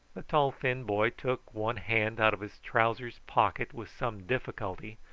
the tall thin boy took one hand out of his trousers' pocket with some difficulty,